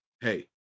Hey